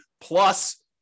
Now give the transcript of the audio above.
plus